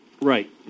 Right